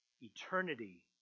eternity